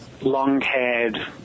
long-haired